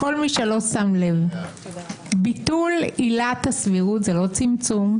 לכל מי שלא שם לב - ביטול עילת הסבירות זה לא צמצום.